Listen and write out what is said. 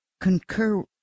concur